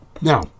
Now